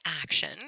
action